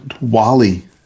Wally